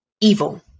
evil